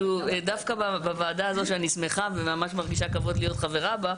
דווקא בוועדה הזאת שאני מרגישה כבוד להיות חברה בה,